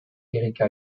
erika